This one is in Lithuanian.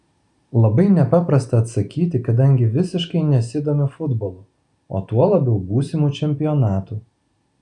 labai nepaprasta atsakyti kadangi visiškai nesidomiu futbolu o tuo labiau būsimu čempionatu